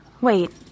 wait